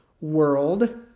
world